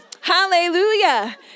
Hallelujah